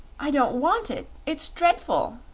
i don't want it it's dreadful!